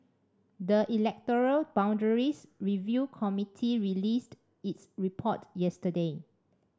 the electoral boundaries review committee released its report yesterday